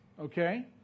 Okay